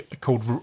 called